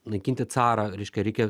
naikinti carą reiškia reikia